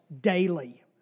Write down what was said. daily